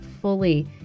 fully